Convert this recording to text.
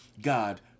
God